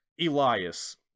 Elias